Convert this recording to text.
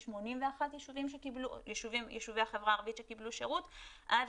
מ-81 יישובי החברה הערבית שקיבלו שירות עד